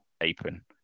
apron